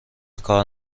کار